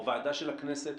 או ועדה של הכנסת,